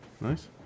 nice